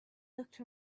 looked